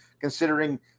considering